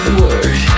word